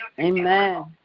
amen